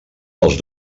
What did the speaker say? dels